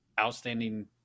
outstanding